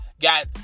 got